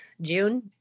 June